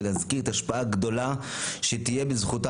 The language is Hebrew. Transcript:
ולהזכיר את ההשפעה הגדולה שתהיה בזכותה